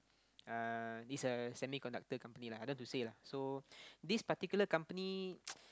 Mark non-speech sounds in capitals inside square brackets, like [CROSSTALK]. uh is a semiconductor company lah I don't want to say lah so this particular company [NOISE]